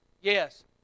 Yes